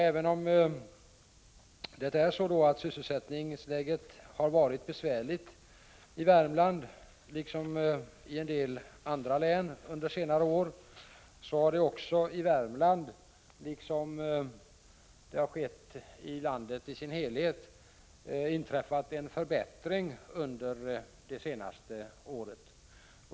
Även om sysselsättningsläget har varit besvärligt i Värmland under senare år, och det gäller även en del andra län, har det i Värmland, liksom i landet i dess helhet, inträffat en förbättring under det senaste året.